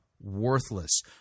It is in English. worthless